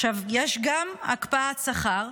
יש גם הקפאת שכר,